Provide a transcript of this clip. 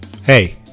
Hey